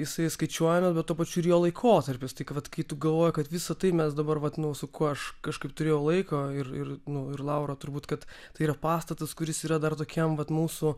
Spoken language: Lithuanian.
jisai skaičiuojamas bet tuo pačiu ir jo laikotarpius tik vat kai galvoji kad visa tai mes dabar vat nu su kuo aš kažkaip turėjau laiko ir ir nu ir laura turbūt kad tai yra pastatas kuris yra dar tokiam vat mūsų